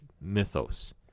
mythos